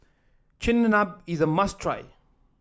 Chigenabe is a must try